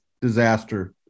disaster